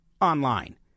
online